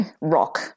rock